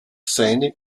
seine